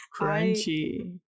Crunchy